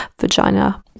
vagina